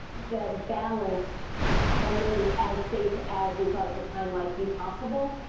that balanced and made it as safe as we thought at the time might be possible.